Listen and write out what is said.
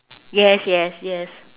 yes yes yes